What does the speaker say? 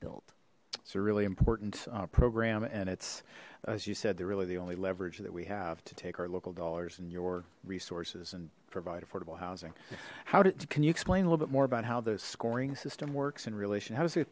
built it's a really important program and it's as you said they're really the only leverage that we have to take our local dollars and your resources and provide affordable housing how did can you explain a little bit more about how the scoring system works in relation ho